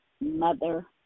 mother